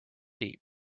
deep